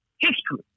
history